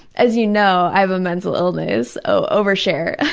as you know, i have a mental illness overshare!